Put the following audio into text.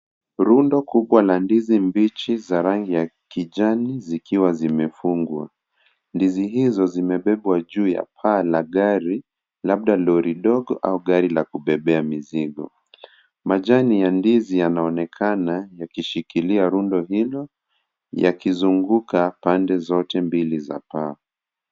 Rundo kubwa la ndizi mbichi za rangi ya kijani zikiwa zimefungwa. Ndizi izo zimefungwa juu ya paa ya gari labda lori ndogo au gari ya kubebea mizingo. majani ya ndizi yanaonekana yakishikilia rundo ilo yakizunguka pande zote mbili za paa.